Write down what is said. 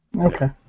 Okay